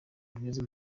bwiza